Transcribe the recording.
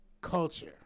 culture